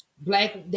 black